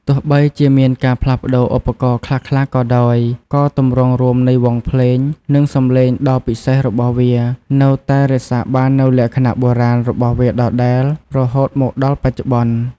ទោះបីជាមានការផ្លាស់ប្តូរឧបករណ៍ខ្លះៗក៏ដោយ ក៏ទម្រង់រួមនៃវង់ភ្លេង និងសំឡេងដ៏ពិសេសរបស់វា នៅតែរក្សាបាននូវលក្ខណៈបុរាណរបស់វាដដែលរហូតមកដល់បច្ចុប្បន្ន។